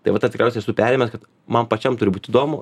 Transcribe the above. tai va tą tikriausiai esu perėmęs kad man pačiam turi būt įdomu